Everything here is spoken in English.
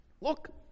Look